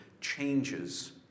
changes